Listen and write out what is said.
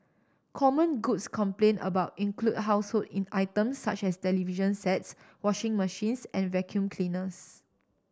common goods complain about include household in items such as television sets washing machines and vacuum cleaners